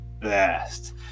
best